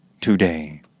today